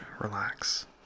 relax